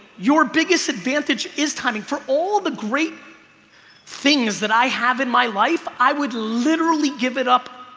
your biggest advantage is timing. for all the great things that i have in my life, i would literally give it up,